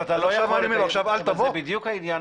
זה בדיוק העניין.